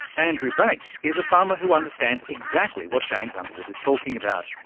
andrew bate is a farmer who understands exactly what james underwood is talking about.